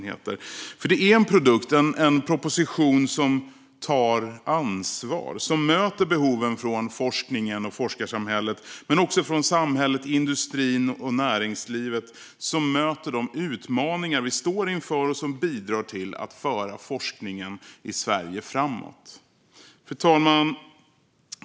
Det är en produkt, en proposition, som tar ansvar och som möter behoven från forskningen och forskarsamhället men också från samhället, industrin och näringslivet, som möter de utmaningar som vi står inför och som bidrar till att föra forskningen i Sverige framåt. Fru talman!